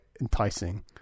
enticing